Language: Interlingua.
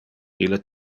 ille